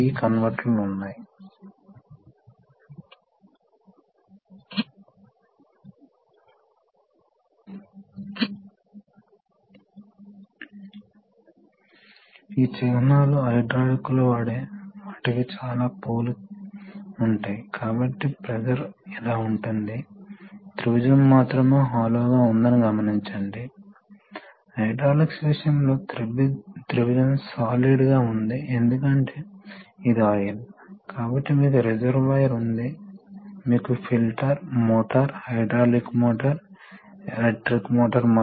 అక్కడ servo amplifier ఉంటుంది మరియు వోల్టేజ్ నుండి కరెంటు కన్వర్టర్ ఉంటుంది కాబట్టి చివరికి ఈ కంట్రోల్ వోల్టేజ్ నుండి ఇది ఏ పవర్ ని ఇవ్వదు మీరు కొంత కరెంట్ను డ్రైవ్ చేయబోతున్నారు ఈ కరెంట్ ప్రపోర్షనల్ సోలినాయిడ్కు వర్తించబడుతుంది కాబట్టి ప్రపోర్షనల్ సోలినాయిడ్ యొక్క లక్షణం ఒక నిర్దిష్ట కరెంట్ వద్ద ఇది ఒక నిర్దిష్ట ఫోర్స్ ని సృష్టించగలదు